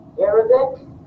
Arabic